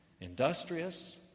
industrious